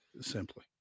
simply